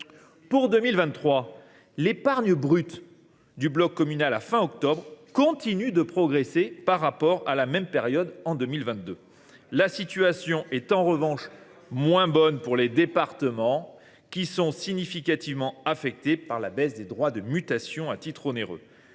25 000 ! L’épargne brute du bloc communal à la fin du mois d’octobre continue de progresser par rapport à la même période en 2022. La situation est en revanche moins bonne pour les départements, qui sont significativement affectés par la baisse des droits de mutation à titre onéreux.